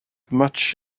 much